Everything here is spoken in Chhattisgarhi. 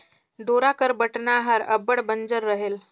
डोरा कर बटना हर अब्बड़ बंजर रहेल